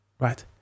Right